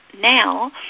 now